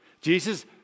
Jesus